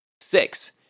Six